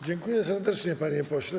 Dziękuję serdecznie, panie pośle.